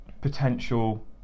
potential